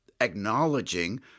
acknowledging